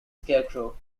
scarecrow